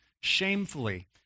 shamefully